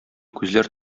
күзләр